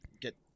get